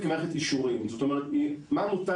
יש לנו משנה